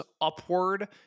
upward